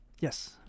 Yes